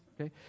okay